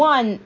One